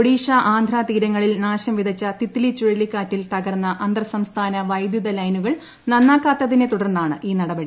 ഒഡീക്ഷ ആന്ദ്രതീരങ്ങളിൽ നാശം വിതച്ച തിത്ലി ചുഴലിക്കാറ്റിൽ തകർന്ന അന്തർസംസ്ഥാന വൈദ്യുത ലൈനുകൾ നന്നാക്കാത്തതിനെ തുടർന്നാണ് ഈ നടപടി